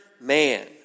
man